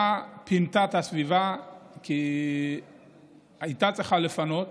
פינתה את הסביבה כי הייתה צריכה לפנות,